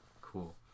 Cool